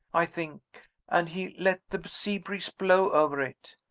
i think and he let the sea breeze blow over it.